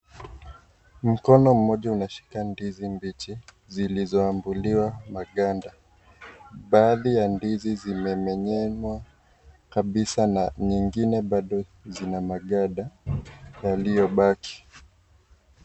Mkono moja unashika ndizi mbichi zilizoambuliwa makanda , baadhi ya ndizi zimemenyenywa kabisa a nyingine bado zina makanda yaliyobaki.